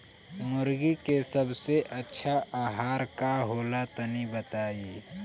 मुर्गी के सबसे अच्छा आहार का होला तनी बताई?